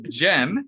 gem